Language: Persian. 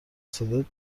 صدات